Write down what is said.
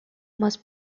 most